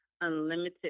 unlimited